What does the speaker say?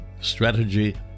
strategy